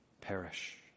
perish